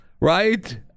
Right